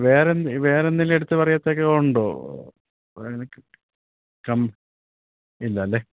വേറെന്തേലും എടുത്തുപറയത്തക്കതായി ഉണ്ടോ നിങ്ങള്ക്ക് ഇല്ലാല്ലേ